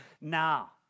now